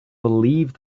believe